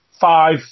five